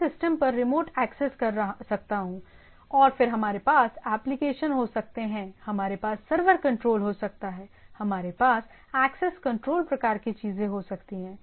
मैं सिस्टम पर remote access कर सकता हूं और फिर हमारे पास एप्लिकेशन हो सकते हैं हमारे पास सर्वर कंट्रोल हो सकता है हमारे पास एक्सेस कंट्रोल प्रकार की चीजें हो सकती हैं